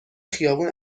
خیابون